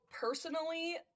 personally